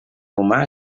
humà